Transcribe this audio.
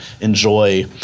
enjoy